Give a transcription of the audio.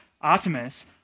Artemis